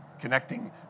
connecting